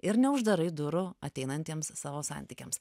ir neuždarai durų ateinantiems savo santykiams